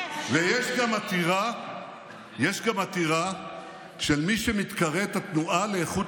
ויש גם עתירה של מי שמתקראת התנועה לאיכות